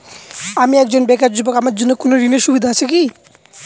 আমি একজন বেকার যুবক আমার জন্য কোন ঋণের সুবিধা আছে কি?